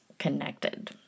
Connected